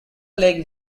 lake